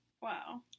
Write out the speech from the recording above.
Wow